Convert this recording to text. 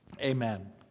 Amen